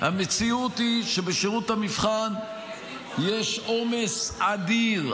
המציאות היא שבשירות המבחן יש עומס אדיר,